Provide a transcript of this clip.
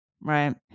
right